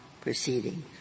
proceeding